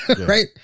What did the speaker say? Right